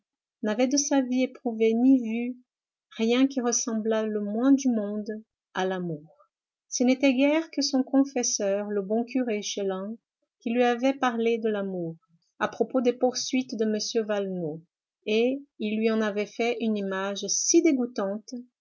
n'avait de sa vie éprouvé ni vu rien qui ressemblât le moins du monde à l'amour ce n'était guère que son confesseur le bon curé chélan qui lui avait parlé de l'amour à propos des poursuites de m valenod et il lui en avait fait une image si dégoûtante